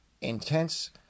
intense